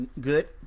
good